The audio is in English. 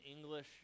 English